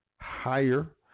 higher